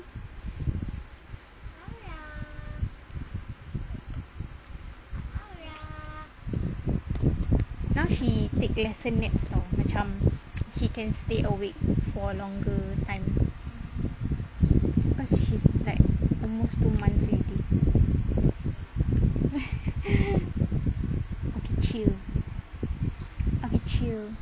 now she take lesser naps [tau] macam she can stay awake for longer time cause she's like almost two months already I can chill I can chill